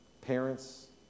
parents